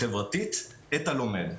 חברתית את הלומד.